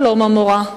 שלום המורה,